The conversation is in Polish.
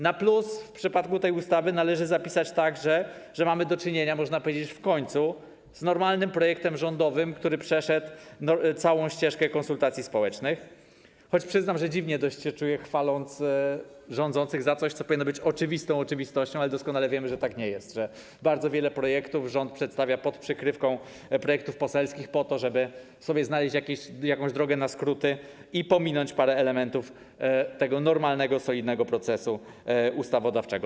Na plus w przypadku tej ustawy należy zapisać także to, że mamy do czynienia - można powiedzieć: w końcu - z normalnym projektem rządowym, który przeszedł całą ścieżkę konsultacji społecznych, choć przyznam, że dość dziwnie się czuję, chwaląc rządzących za coś, co powinno być oczywistą oczywistością, ale doskonale wiemy, że tak nie jest, że bardzo wiele projektów rząd przedstawia pod przykrywką projektów poselskich po to, żeby znaleźć sobie jakąś drogę na skróty i pominąć parę elementów tego normalnego, solidnego procesu ustawodawczego.